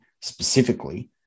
specifically